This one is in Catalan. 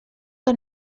que